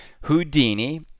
Houdini